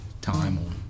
time